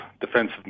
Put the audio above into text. defensive